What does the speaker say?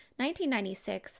1996